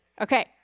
Okay